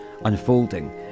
unfolding